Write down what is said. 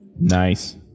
Nice